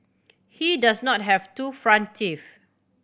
he does not have two front teeth